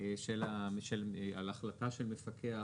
על החלטה של מפקח